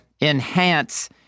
enhance